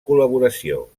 col·laboració